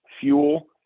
fuel